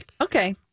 Okay